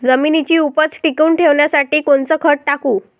जमिनीची उपज टिकून ठेवासाठी कोनचं खत टाकू?